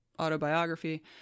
autobiography